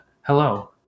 hello